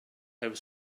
over